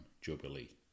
Jubilee